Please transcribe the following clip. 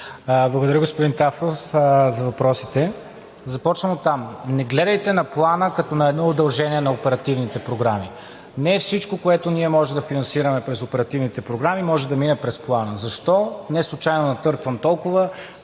благодаря за въпросите. Ще започна оттам: не гледайте на Плана като на едно удължение на оперативните програми. Не всичко, което ние можем да финансираме през оперативните програми, може да мине през Плана. Защо? Неслучайно натъртвам толкова.